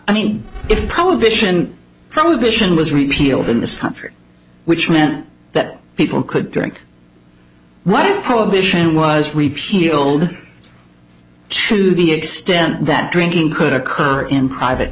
i mean if prohibition prohibition was repealed in this country which meant that people could drink what it publishing was repealed to the extent that drinking could occur in private